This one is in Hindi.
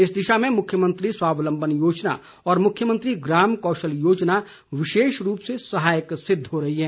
इस दिशा में मुख्यमंत्री स्वावलंबन योजना और मुख्यमंत्री ग्राम कौशल योजना विशेष रूप से सहायक सिद्ध हो रही है